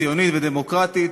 ציונית ודמוקרטית,